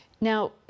Now